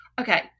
Okay